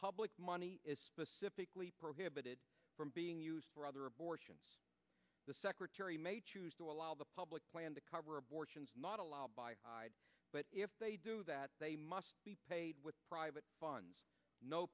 public money is specifically prohibited from being used for other abortions the secretary may choose to allow the public plan to cover abortions not allowed but if they do that they must be paid with private funds no